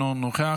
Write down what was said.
אינו נוכח,